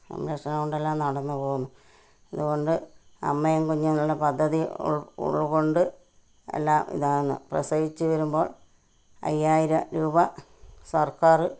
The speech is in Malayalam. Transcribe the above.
സംരക്ഷണം കൊണ്ട് എല്ലാം നടന്നു പോകുന്നു അതുകൊണ്ട് അമ്മയും കുഞ്ഞും എന്നുള്ള പദ്ധതി ഉൾക്കൊണ്ട് എല്ലാം ഇതാണ് പ്രസവിച്ചു വരുമ്പോൾ അയ്യായിരം രൂപ സർക്കാർ